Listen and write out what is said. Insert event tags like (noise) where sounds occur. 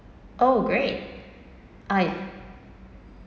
oh great (noise)